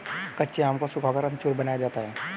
कच्चे आम को सुखाकर अमचूर बनाया जाता है